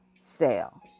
sale